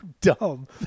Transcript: dumb